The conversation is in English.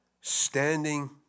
standing